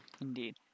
Indeed